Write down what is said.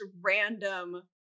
random